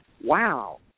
wow